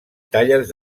talles